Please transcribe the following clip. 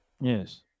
Yes